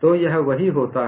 तो यह वही होता है